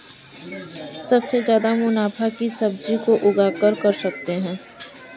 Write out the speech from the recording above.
सबसे ज्यादा मुनाफा किस सब्जी को उगाकर कर सकते हैं?